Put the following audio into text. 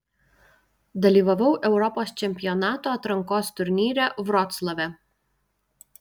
dalyvavau europos čempionato atrankos turnyre vroclave